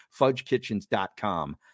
fudgekitchens.com